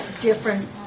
different